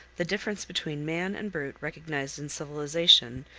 the difference between man and brute recognized in civilization,